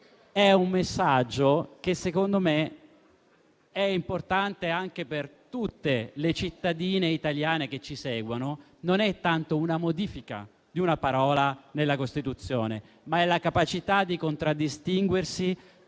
è un messaggio che - secondo me - è importante anche per tutte le cittadine italiane che ci seguono. Non è tanto una modifica di una parola nella Costituzione, ma è la capacità di contraddistinguersi